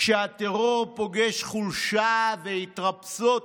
כשהטרור פוגש חולשה והתרפסות